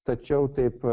tačiau taip